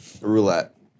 roulette